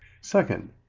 Second